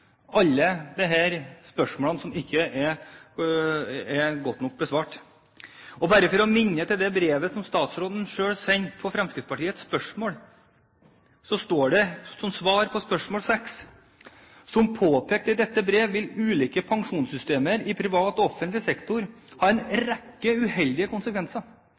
alle de spørsmålene som ikke er godt nok besvart. Jeg vil bare minne om det brevet som statsråden selv sendte til Fremskrittspartiet. Der står det som svar på spørsmål nr. 6: «Som påpekt i dette brevet vil ulike pensjonssystemer i privat og offentlig sektor ha en rekke uheldige konsekvenser.»